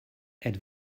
êtes